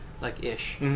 like-ish